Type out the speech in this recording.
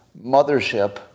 mothership